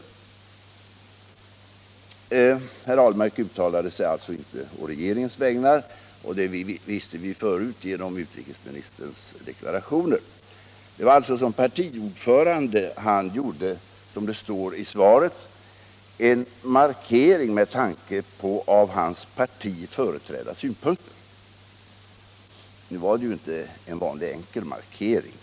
Herr Ahlmark uttalade sig alltså inte å regeringens vägnar, och det visste vi förut genom utrikesministerns deklarationer. Det var som partiordförande herr Ahlmark, som det står i svaret, gjorde en markering med tanke på av hans parti företrädda synpunkter. Nu var det ju inte en vanlig enkel markering.